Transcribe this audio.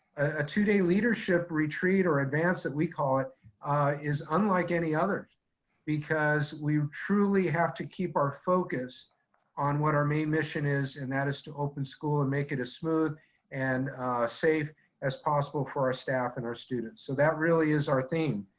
a two day leadership retreat or advance that we call it is unlike any other because we truly have to keep our focus on what our main mission is, and that is to open school and make it as smooth and safe as possible for our staff and our students. so that really is our theme.